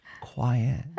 quiet